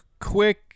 quick